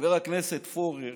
חבר הכנסת פורר